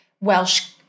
Welsh